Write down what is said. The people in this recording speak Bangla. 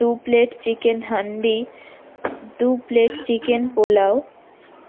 দু প্লেট চিকেন হান্ডি দু প্লেট চিকেন পোলাও